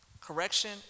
Correction